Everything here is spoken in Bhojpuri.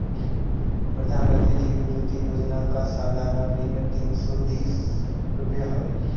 प्रधानमंत्री जीवन ज्योति बीमा योजना कअ सलाना प्रीमियर तीन सौ तीस रुपिया हवे